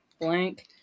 blank